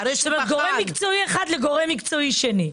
זאת אומרת: גורם מקצועי אחד לגורם מקצועי שני.